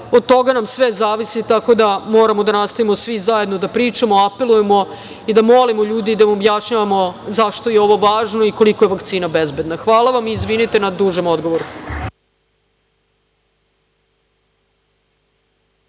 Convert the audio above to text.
Od toga nam sve zavisi, tako da moramo da nastavimo svi zajedno da pričamo, apelujemo i da molimo ljude i da im objašnjavamo zašto je ovo važno i koliko je vakcina bezbedna. Hvala vam i izvinite na dužem odgovoru.